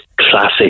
classic